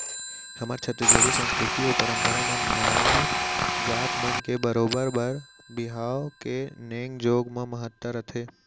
हमर छत्तीसगढ़ी संस्कृति अउ परम्परा म नाऊ जात मन के बरोबर बर बिहाव के नेंग जोग म महत्ता रथे